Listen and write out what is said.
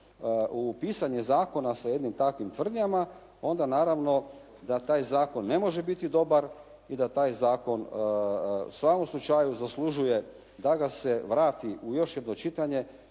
u pisanje zakona sa jednim takvim tvrdnjama onda naravno da taj zakon ne može biti dobar i da taj zakon u svakom slučaju zaslužuje da ga se vrati u još jedno čitanje